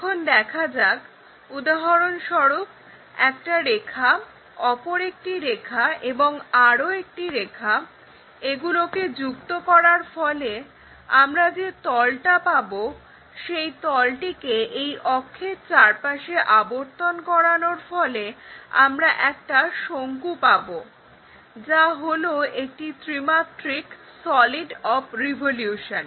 এখন দেখা যাক উদাহরণ স্বরূপ একটা রেখা অপর একটি রেখা এবং আরো একটি রেখা এগুলোকে যুক্ত করার ফলে আমরা যে তলটা পাবো সেই তলটিকে এই অক্ষের চারপাশে আবর্তন করানোর ফলে আমরা একটা শঙ্কু পাবো যা হলো একটি ত্রিমাত্রিক সলিড অফ রিভলিউশন